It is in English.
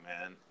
man